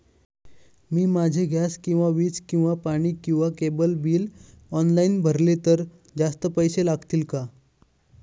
मी माझे गॅस किंवा वीज किंवा पाणी किंवा केबल बिल ऑनलाईन भरले तर जास्त पैसे लागतील का?